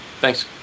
Thanks